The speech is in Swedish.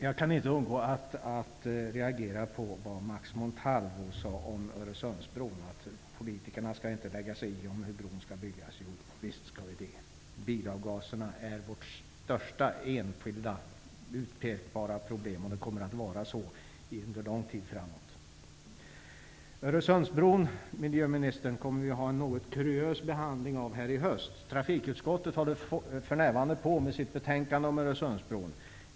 Jag kan inte undgå att reagera på det Max Montalvo sade om att politikerna inte skall lägga sig i hur Öresundsbron skall byggas. Visst skall vi det! Bilavgaserna är vårt största enskilda utpekbara problem, och det kommer att vara så under lång tid framåt. Vi kommer att företa en något kuriös behandling av frågan om Öresundsbron här i riksdagen i höst, miljöministern. Trafikutskottet håller för närvarande på med sitt betänkande om Öresundsbron.